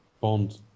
Bond